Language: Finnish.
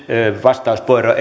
vastauspuheenvuoro